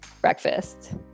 breakfast